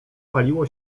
paliło